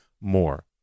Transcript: more